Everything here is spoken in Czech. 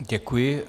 Děkuji.